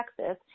Texas